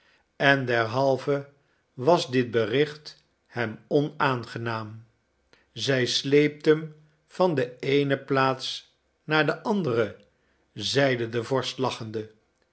en derhalve was dit bericht hem onaangenaam zij sleept hem van de eene plaats naar de andere zeide de vorst lachende